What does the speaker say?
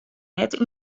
net